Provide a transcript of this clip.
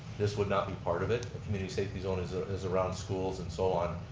this would not be part of it. a community safety zone is ah is around schools and so on.